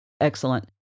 excellent